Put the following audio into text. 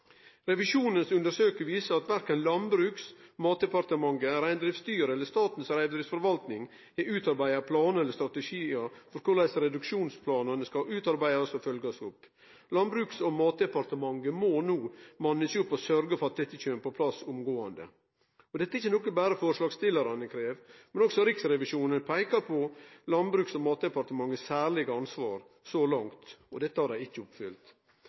viser at verken Landbruks- og matdepartementet, Reindriftsstyret eller Statens reindriftsforvaltning har utarbeidd planar eller strategiar for korleis reduksjonsplanane skal bli utarbeidde og følgde opp. Landbruks- og matdepartementet må no manne seg opp og sørge for at dette kjem på plass omgåande. Dette er ikkje noko som berre forslagsstillarane krev, men også Riksrevisjonen peikar på Landbruks- og matdepartementet sitt særlege ansvar så langt. Dette har dei ikkje oppfylt.